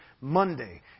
Monday